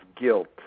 guilt